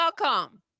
Welcome